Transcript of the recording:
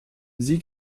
sie